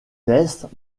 naissent